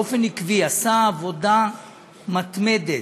או 27 שנים, עשה עבודה מתמדת,